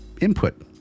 input